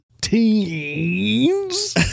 teens